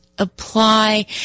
apply